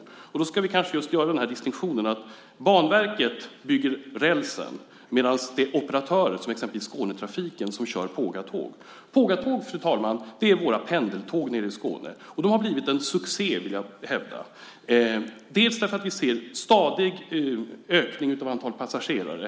I detta sammanhang ska vi kanske göra distinktionen att det är Banverket som bygger rälsen medan operatörer, exempelvis Skånetrafiken, kör pågatågen. Pågatågen är våra pendeltåg i Skåne, och jag vill hävda att de blivit en succé; vi ser en stadig ökning av antalet passagerare.